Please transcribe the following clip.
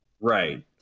Right